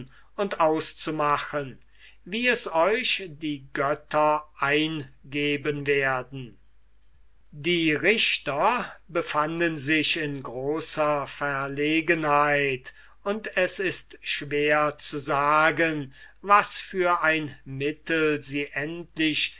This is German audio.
und auszumachen wie es euch die götter eingeben werden die richter befanden sich in großer verlegenheit und es ist schwer zu sagen was für ein mittel sie endlich